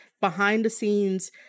behind-the-scenes